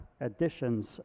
additions